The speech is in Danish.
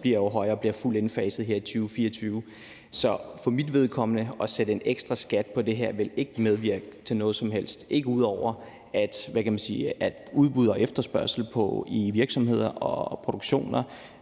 bliver højere og bliver fuldt indfaset her i 2024. Så for mit vedkommende vil det at sætte en ekstra skat på det her ikke medvirke til noget som helst, ikke ud over at det i forhold til udbud og efterspørgsel i virksomheder og produktioner